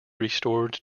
restored